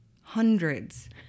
hundreds